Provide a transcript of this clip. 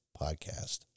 podcast